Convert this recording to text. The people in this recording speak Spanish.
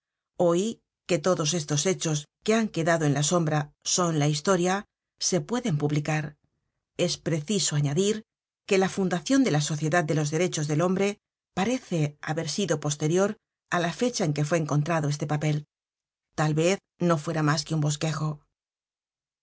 hoy que todos estos hechos que han quedado en la sombra son la historia se pueden publicar es preciso añadir que la fundacion de la sociedad de los derechos del hombre parece haber sido posterior á la fecha en que fue encontrado este papel tal vez no fuera mas que un bosquejo